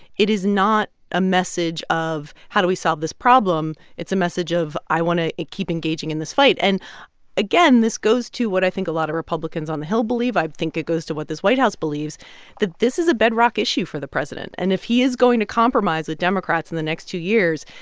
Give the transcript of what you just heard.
it is not a message of, how do we solve this problem? it's a message of, i want to keep engaging in this fight and again, this goes to what i think a lot of republicans on the hill believe. i think it goes to what this white house believes that this is a bedrock issue for the president. and if he is going to compromise with democrats in the next two years,